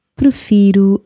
prefiro